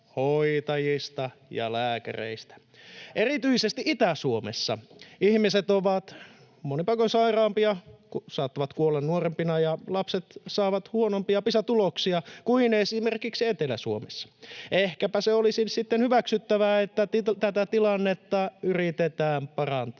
hoitajista ja lääkäreistä. Erityisesti Itä-Suomessa ihmiset ovat monin paikoin sairaampia, saattavat kuolla nuorempina ja lapset saavat huonompia Pisa-tuloksia kuin esimerkiksi Etelä-Suomessa. Ehkäpä se olisi sitten hyväksyttävää, että tätä tilannetta yritetään parantaa